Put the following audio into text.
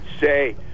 say